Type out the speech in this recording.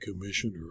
Commissioner